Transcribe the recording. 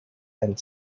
and